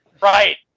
Right